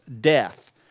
death